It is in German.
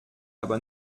aber